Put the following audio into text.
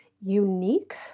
unique